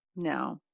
No